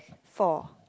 four